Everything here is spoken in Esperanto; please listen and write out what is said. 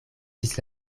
ĝis